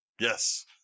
Yes